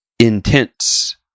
Intense